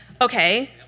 Okay